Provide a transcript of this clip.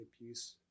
abuse